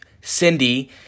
Cindy